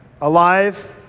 alive